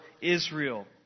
Israel